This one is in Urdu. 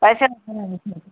کیسے